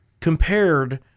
compared